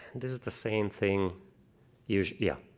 this is the same thing used yeah.